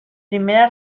primera